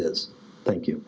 is thank you